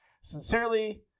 Sincerely